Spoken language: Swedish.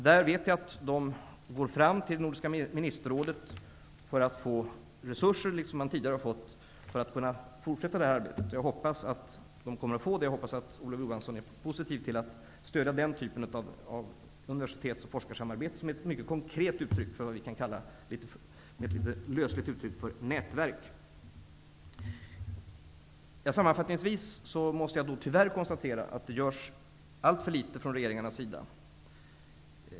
Jag vet att de går till Nordiska ministerrådet för att få resurser, liksom man tidigare har fått, för att kunna fortsätta det här arbetet. Jag hoppas att de kommer att få det. Jag hoppas att Olof Johansson är positiv till att stödja den typen av universitetsoch forskarsamarbete, som är ett mycket konkret uttryck för vad vi med ett litet lösligt uttryck kan kalla för nätverk. Sammanfattningsvis måste jag tyvärr konstatera att det görs alltför litet från regeringens sida.